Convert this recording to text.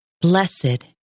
Blessed